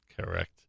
Correct